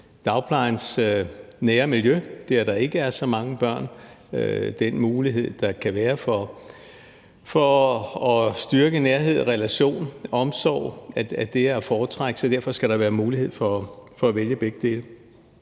dagplejen – det, at der ikke er så mange børn – og muligheden for at styrke nærhed, relationer og omsorg er at foretrække. Derfor skal der være mulighed for at vælge begge dele.